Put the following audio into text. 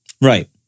Right